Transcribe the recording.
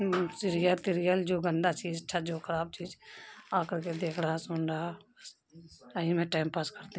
serial تریل جو گندہ چیز تھا جو خراب چیز آ کر کے دیکھ رہا سن رہا اہی میں ٹائم پاس کرتے